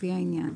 לפי העניין: